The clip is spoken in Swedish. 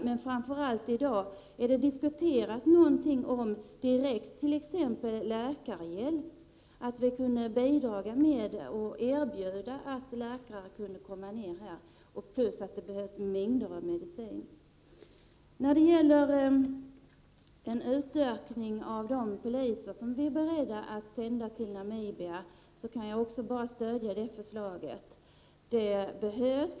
Har man t.ex. diskuterat direkt läkarhjälp, att vi skulle kunna bidra så att läkare kan komma ner till landet? Det behövs dessutom mängder av medicin. Jag stöder även förslaget om en utökning av det antal poliser som vi är beredda att sända till Namibia. Det behövs.